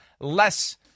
less